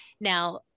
Now